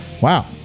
Wow